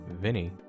Vinny